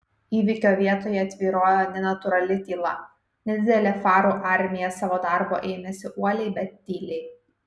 įvykio vietoje tvyrojo nenatūrali tyla nedidelė farų armija savo darbo ėmėsi uoliai bet tyliai